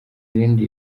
ibindi